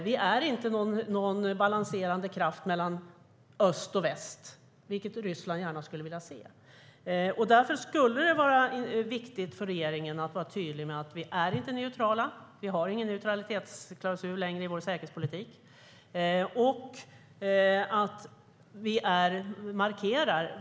Vi är inte någon balanserande kraft mellan öst och väst, vilket Ryssland gärna skulle vilja se. Det vore därför viktigt att regeringen var tydlig med att vi inte är neutrala, att vi inte längre har någon neutralitetsklausul i vår säkerhetspolitik.